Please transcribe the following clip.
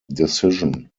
decision